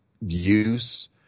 use